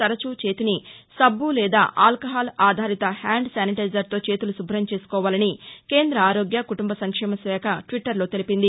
తరచూ చేతిని సబ్బు లేదా ఆల్కాహాల్ ఆధారిత హ్యాండ్ శానిటైజర్తో చేతులు శుభ్రం చేసుకోవాలని కేంద్ర ఆరోగ్య కుటుంబ సంక్షేమ శాఖ ట్విట్టర్లో తెలిపింది